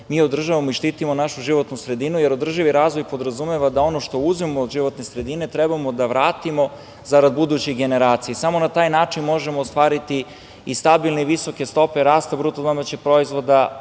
mi održavamo i štitimo našu životnu sredinu, jer održivi razvoj podrazumeva da ono što uzmemo od životne sredine trebamo da vratimo zarad buduće generacije. Samo na taj način možemo ostvariti i stabilne i visoke stope rasta BDP, a koliko